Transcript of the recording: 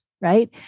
right